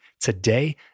today